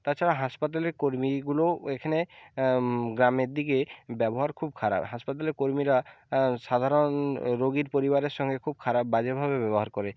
তাছাড়া হাসপাতালের কর্মীগুলোও এখানে গ্রামের দিকে ব্যবহার খুব খারাপ হাসপাতালের কর্মীরা সাধারণ রোগীর পরিবারের সঙ্গে খুব খারাপ বাজেভাবে ব্যবহার করে